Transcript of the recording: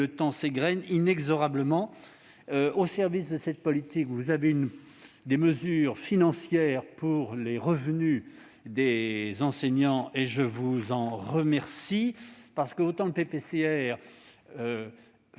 le temps s'égrène inexorablement. Au service de cette politique, vous avez pris des mesures financières pour les revenus des enseignants. Je vous en félicite, car, autant le dispositif